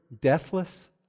Deathless